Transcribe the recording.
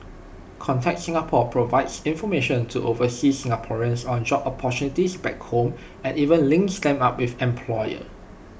contact Singapore provides information to overseas Singaporeans on job opportunities back home and even links them up with employers